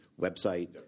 website